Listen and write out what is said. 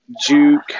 juke